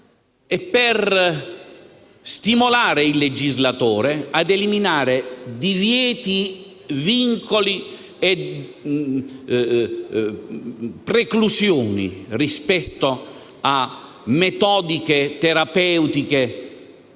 e per stimolare il legislatore ad eliminare divieti, vincoli e preclusioni rispetto a metodiche terapeutiche